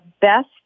best